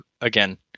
again